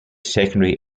secondary